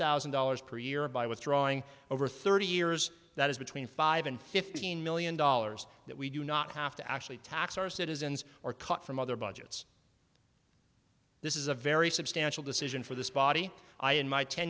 thousand dollars per year by withdrawing over thirty years that is between five and fifteen million dollars that we do not have to actually tax our citizens or cut from other budgets this is a very substantial decision for this body i in my ten